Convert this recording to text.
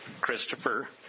Christopher